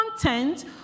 content